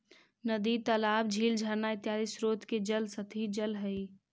नदी तालाब, झील झरना इत्यादि स्रोत के जल सतही जल हई